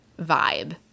vibe